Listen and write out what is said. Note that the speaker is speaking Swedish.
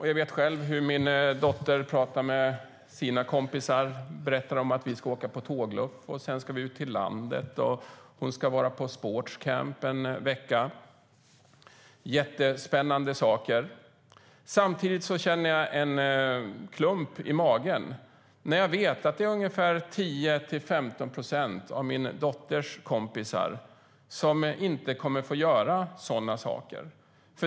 Jag vet själv hur min dotter pratar med sina kompisar och berättar att vi ska åka på tågluff, att vi sedan ska ut till landet och att hon ska vara på sports camp en vecka. Det är jättespännande saker. Samtidigt känner jag en klump i magen när jag vet att ungefär 10-15 procent av min dotters kompisar inte kommer att få göra sådana saker.